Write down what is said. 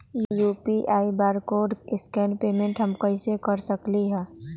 UPI barcode scan payment हम कईसे कर सकली ह?